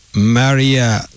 Maria